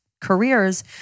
careers